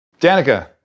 Danica